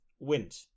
wind